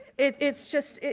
it's it's just,